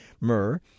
myrrh